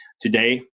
Today